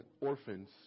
orphans